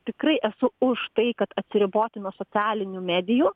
tikrai esu už tai kad atsiriboti nuo socialinių medijų